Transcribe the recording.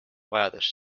vajadus